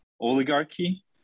oligarchy